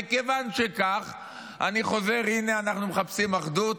וכיוון שכך אני חוזר, הינה, אנחנו מחפשים אחדות